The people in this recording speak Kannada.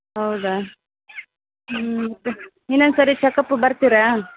ಹೌದಾ ಇನೊಂದ್ಸರಿ ಚಕಪ್ಗೆ ಬರ್ತೀರಾ